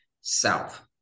south